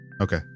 Okay